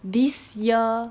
this year